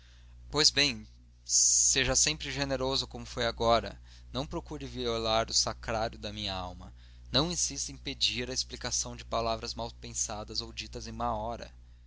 pois bem seja sempre generoso como foi agora não procure violar o sacrário de minha alma não insista em pedir a explicação de palavras mal pensadas e ditas em má hora